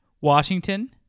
Washington